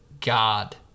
God